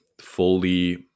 fully